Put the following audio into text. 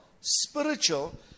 spiritual